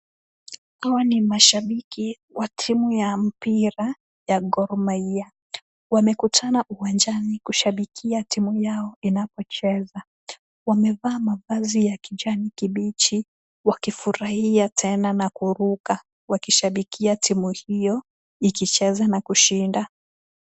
Hawa ni mashabiki wa timu ya mpira ya Gor Mahia. Wamekutana uwanjani kushabikia timu yao inapocheza. Wamevaa mavazi ya kijani kibichi wakifurahia tena na kuruka wakishabikia timu hiyo ikicheza na kushinda.